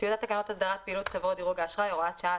טיוטת תקנות הסדרת פעילות חברות דירוג האשראי (הוראת שעה),